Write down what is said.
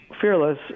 fearless